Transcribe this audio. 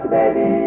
baby